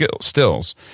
stills